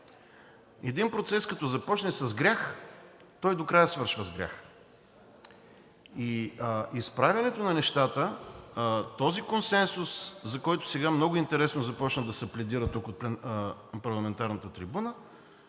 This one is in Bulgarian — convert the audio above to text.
Един процес, като започне с грях, той до края свършва с грях. Този консенсус, за който сега много интересно започна да се пледира тук от парламентарната трибуна,